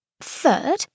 Third